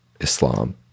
Islam